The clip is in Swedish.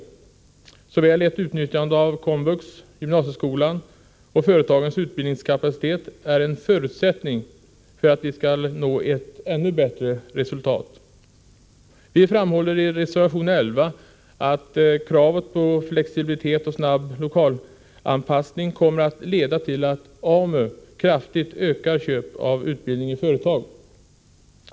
Ett utnyttjande av såväl komvux som gymnasieskolan och företagens utbildningskapacitet är en förutsättning för att vi skall nå ett 121 ännu bättre resultat. Vi framhåller i reservation 11 att kravet på flexibilitet och snabb lokal anpassning kommer att leda till att AMU kraftigt ökar köpen av utbildning i företag.